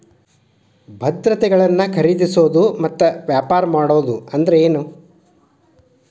ಭದ್ರತೆಗಳನ್ನ ಖರೇದಿಸೋದು ಮತ್ತ ವ್ಯಾಪಾರ ಮಾಡೋದ್ ಅಂದ್ರೆನ